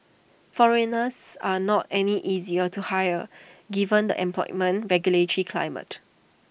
foreigners are not any easier to hire given the employment regulatory climate